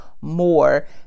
more